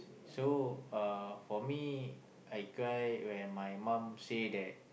so uh for me I cry when my mom say that